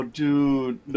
dude